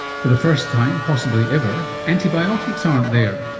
for the first time possibly ever antibiotics aren't there.